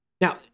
now